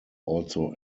also